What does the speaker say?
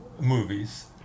movies